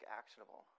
actionable